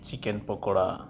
chicken pakora